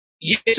Yes